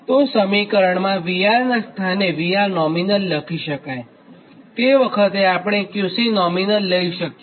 તો સમીકરણમાં VR નાં સ્થાને VR nominal લખી શકાયતે વખતે આપણે QC NOMINAL લઈ શકીએ